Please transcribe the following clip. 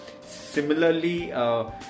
Similarly